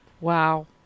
Wow